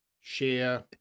share